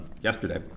Yesterday